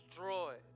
Destroy